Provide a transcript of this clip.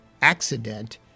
accident